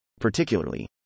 Particularly